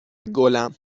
گلم